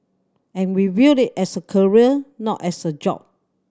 and we viewed it as a career not as a job